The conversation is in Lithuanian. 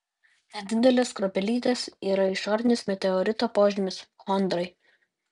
nedidelės kruopelytės yra išorinis meteorito požymis chondrai